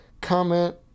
comment